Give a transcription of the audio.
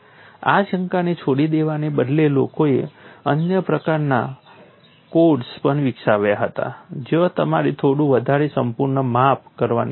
આ શંકાને છોડી દેવાને બદલે લોકોએ અન્ય પ્રકારના કોડ્સ પણ વિકસાવ્યા હતા જ્યાં તમારે થોડું વધારે સંપૂર્ણ માપ કરવાનું હોય છે